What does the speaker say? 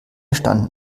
standen